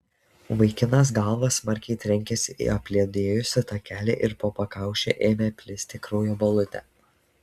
vaikinas galva smarkiai trenkėsi į apledėjusį takelį ir po pakaušiu ėmė plisti kraujo balutė